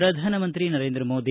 ಪ್ರಧಾನ ಮಂತ್ರಿ ನರೇಂದ್ರ ಮೋದಿ